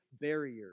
barrier